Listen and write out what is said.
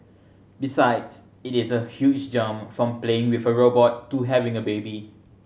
besides it is a huge jump from playing with a robot to having a baby